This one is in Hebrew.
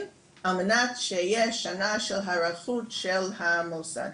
על מנת שיהיה שנה של היערכות של המוסד.